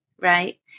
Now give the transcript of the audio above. right